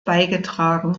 beigetragen